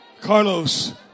Carlos